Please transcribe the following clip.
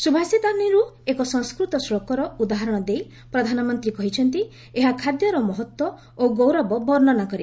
ସୁଭାଷିତାନୀରୁ ଏକ ସଂସ୍କୃତ ଶ୍ଳୋକର ଉଦାହରଣ ଦେଇ ପ୍ରଧାନମନ୍ତ୍ରୀ କହିଛନ୍ତି ଏହା ଖାଦ୍ୟର ମହତ୍ତ୍ୱ ଓ ଗୌରବ ବର୍ଷନା କରେ